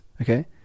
okay